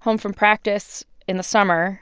home from practice in the summer.